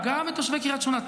גם את תושבי קריית שמונה.